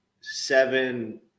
seven